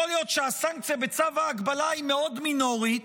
יכול להיות שהסנקציה בצו ההגבלה היא מאוד מינורית.